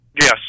Yes